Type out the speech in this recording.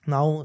Now